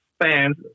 fans